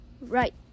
Right